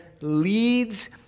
leads